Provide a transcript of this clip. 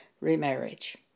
remarriage